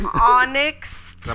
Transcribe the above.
Onyx